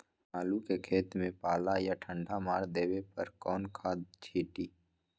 आलू के खेत में पल्ला या ठंडा मार देवे पर कौन खाद छींटी?